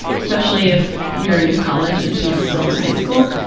especially if you're in college and she's still in high school,